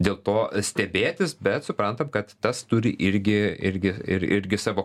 dėl to stebėtis bet suprantam kad tas turi irgi irgi ir irgi savo